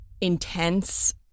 intense